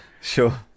sure